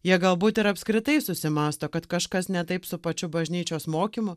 jie galbūt ir apskritai susimąsto kad kažkas ne taip su pačiu bažnyčios mokymu